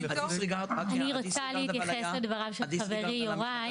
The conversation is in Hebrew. אני רוצה להתייחס לדבריו של חברי, יוראי.